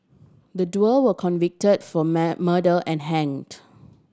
the duo were convict for murder and hanged